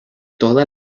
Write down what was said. todas